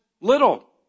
little